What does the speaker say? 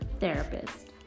therapist